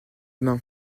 main